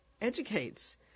educates